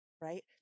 right